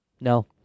No